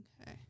Okay